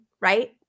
right